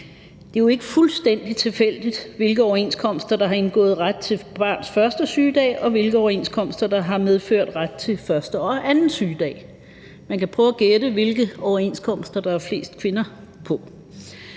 Det er jo ikke fuldstændig tilfældigt, i hvilke overenskomster der er aftalt ret til barns første sygedag, og hvilke overenskomster der har medført ret til første og anden sygedag. Man kan prøve at gætte, hvilke overenskomster der er flest kvinder på.